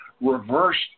reversed